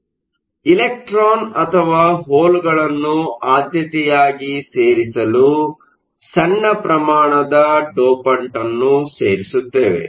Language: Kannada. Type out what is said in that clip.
ಆದ್ದರಿಂದ ಎಲೆಕ್ಟ್ರಾನ್ ಅಥವಾ ಹೋಲ್ಗಳನ್ನು ಆದ್ಯತೆಗಾಗಿ ಸೇರಿಸಲು ಸಣ್ಣ ಪ್ರಮಾಣದ ಡೋಪಂಟ್ ಅನ್ನು ಸೇರಿಸುತ್ತೇವೆ